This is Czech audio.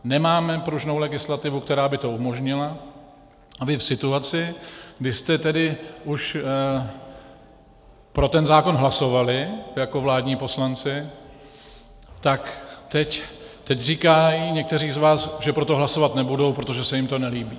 Nemáme pružnou legislativu, která by to umožnila, aby v situaci, kdy jste tedy už pro ten zákon hlasovali jako vládní poslanci, tak teď říkají někteří z vás, že pro to hlasovat nebudou, protože se jim to nelíbí.